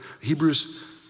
Hebrews